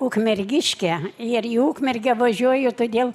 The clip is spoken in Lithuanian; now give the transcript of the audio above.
ukmergiškė ir į ukmergę važiuoju todėl